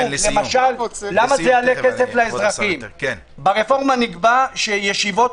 למה זה יעלה כסף לאזרחים ברפורמה נקבע שישיבות